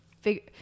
figure